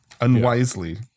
unwisely